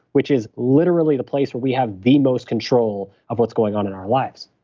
which is literally the place where we have the most control of what's going on in our lives